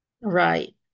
Right